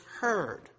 heard